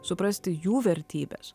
suprasti jų vertybes